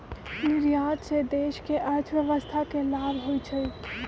निर्यात से देश के अर्थव्यवस्था के लाभ होइ छइ